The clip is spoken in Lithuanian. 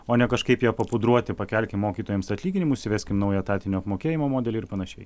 o ne kažkaip ją papudruoti pakelkim mokytojams atlyginimus įveskim naują etatinio apmokėjimo modelį ir panašiai